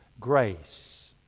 Grace